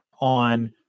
on